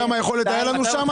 כמה יכולת הייתה לנו שם?